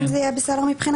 אם זה יהיה בסדר מבחינתכם.